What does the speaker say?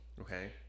Okay